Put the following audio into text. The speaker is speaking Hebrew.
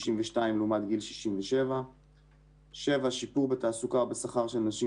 גיל 62 לעומת גיל 67. 7. שיפור בתעסוקה ובשכר של נשים